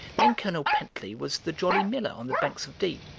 then colonel pentley was the jolly miller on the banks of dee.